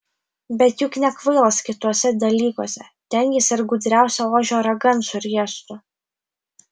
bet juk nekvailas kituose dalykuose ten jis ir gudriausią ožio ragan suriestų